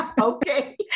Okay